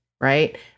right